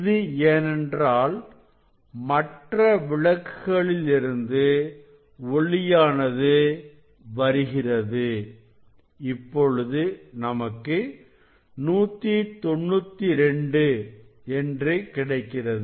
இது ஏனென்றால் மற்ற விளக்குகளில் இருந்து ஒளியானது வருகிறது இப்பொழுது நமக்கு 192 என்று கிடைக்கிறது